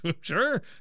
Sure